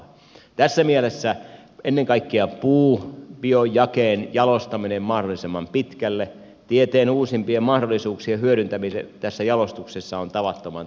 tässä mielessä ennen kaikkea puu biojakeen jalostaminen mahdollisimman pitkälle tieteen uusimpien mahdollisuuksien hyödyntäminen tässä jalostuksessa on tavattoman tärkeä asia